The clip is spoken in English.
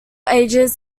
ages